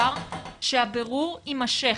שהבירור יימשך,